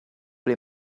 ble